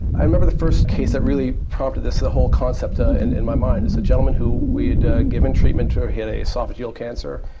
i remember the first case that really prompted this, the whole concept ah and in my mind, is a gentleman who we had given treatment to, ah he had oesophageal cancer,